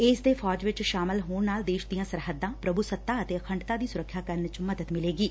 ਇਸ ਦੇ ਫੌਜ ਚ ਸ਼ਾਮਲ ਹੋਣ ਨਾਲ ਦੇਸ਼ ਦੀਆਂ ਸਰਹੱਦਾਂ ਪ੍ਰਭੁੱਸਤਾ ਅਤੇ ਅਖੰਡਤਾ ਦੀ ਸੁਰੱਖਿਆ ਕਰਨ ਚ ਮਦਦ ਮਿਲੇਗੀ